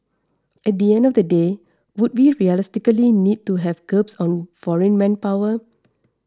at the end of the day would we realistically need to have curbs on foreign manpower